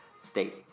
state